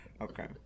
okay